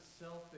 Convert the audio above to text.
selfish